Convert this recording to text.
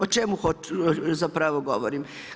O čemu zapravo govorim?